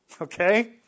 Okay